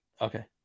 Okay